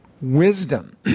wisdom